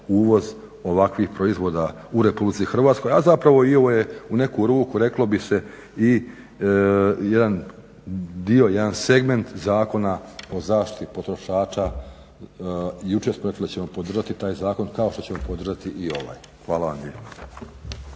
uvoz ovakvih proizvoda u RH, a zapravo i ovo je u neku ruku reklo bi se i jedan dio jedan segment Zakona o zaštiti potrošača. Jučer smo rekli da ćemo podržati taj zakon kao što ćemo podržati i ovaj. Hvala vam